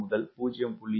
6 - 0